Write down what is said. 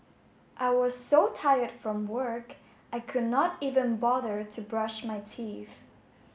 I was so tired from work I could not even bother to brush my teeth